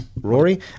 Rory